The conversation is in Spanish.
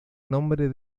nombre